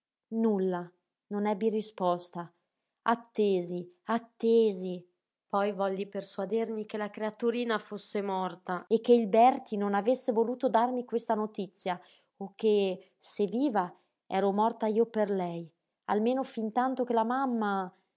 nulla non ebbi risposta attesi attesi poi volli persuadermi che la creaturina fosse morta e che il berti non avesse voluto darmi questa notizia o che se viva ero morta io per lei almeno fintanto che la mamma